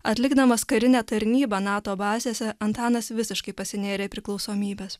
atlikdamas karinę tarnybą nato bazėse antanas visiškai pasinėrė į priklausomybes